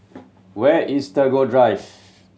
where is Tagore Drive